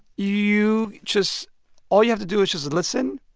you just all you have to do is just listen,